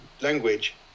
language